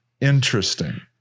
Interesting